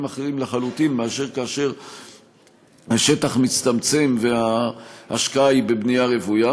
אחרים לחלוטין מאשר כאשר השטח מצטמצם וההשקעה היא בבנייה רוויה.